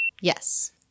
Yes